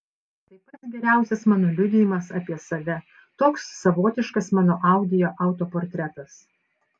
tai pats geriausias mano liudijimas apie save toks savotiškas mano audio autoportretas